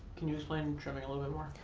can you explain and trimming a little bit more?